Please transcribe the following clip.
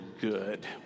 good